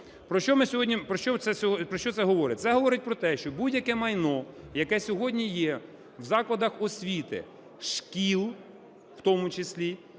Про що це говорить? Це говорить про те, що будь-яке майно, яке сьогодні є в закладах освіти, шкіл в тому числі,